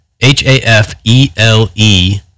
H-A-F-E-L-E